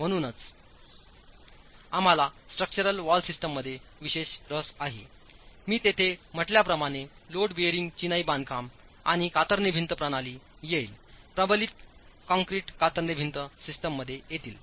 म्हणूनच आम्हाला structural wall सिस्टीममध्ये विशेष रस आहेआणि मी तेथे म्हटल्याप्रमाणे लोड बेअरिंग चिनाई बांधकाम आणि कातरणे भिंत प्रणाली येईलप्रबलित कंक्रीट कातरणे भिंत सिस्टीम मध्ये येतील